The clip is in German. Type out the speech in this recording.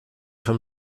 von